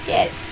Yes